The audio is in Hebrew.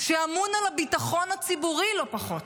שאמון על הביטחון הציבורי, לא פחות,